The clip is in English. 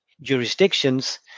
jurisdictions